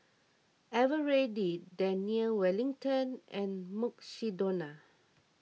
Eveready Daniel Wellington and Mukshidonna